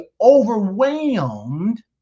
overwhelmed